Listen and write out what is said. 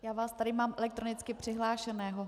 Já vás tady mám elektronicky přihlášeného.